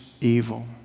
evil